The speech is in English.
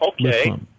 Okay